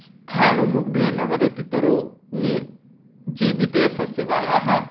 स्थाणुमुग्धे न वदति तरुः नी जीवितेशः शिवायाः